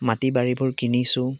মাটি বাৰীবোৰ কিনিছোঁ